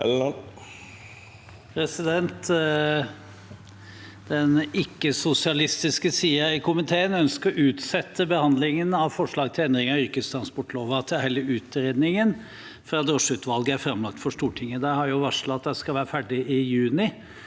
Den ikke-sosialis- tiske siden i komiteen ønsker å utsette behandlingen av forslag til endringer i yrkestransportloven til hele utredningen fra drosjeutvalget er framlagt for Stortinget. Utvalget har varslet at de i juni skal være ferdig med sin